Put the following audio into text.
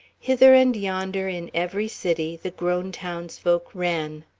hither and yonder in every city the grown townsfolk ran.